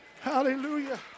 Hallelujah